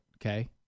okay